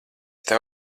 tev